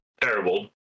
terrible